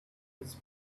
his